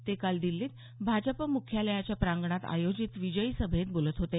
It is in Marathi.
ते काल दिल्लीत भाजप मुख्यालयाच्या प्रांगणात आयोजित विजयी सभेत बोलत होते